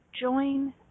join